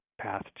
path